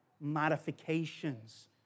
modifications